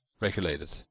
regulated